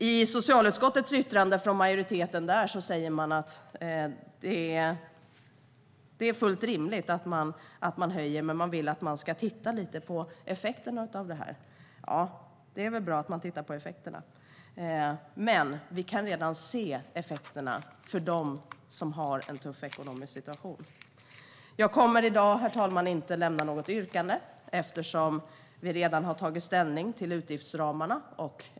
I socialutskottets yttrande från majoriteten sägs det att det är fullt rimligt att avgiften höjs, men man vill att effekterna av höjningen ska ses över. Ja, det är väl bra, men vi kan redan se effekterna för dem som har en tuff ekonomisk situation. Herr talman! Jag kommer i dag inte att lämna något yrkande, eftersom vi redan har tagit ställning till utgiftsramarna.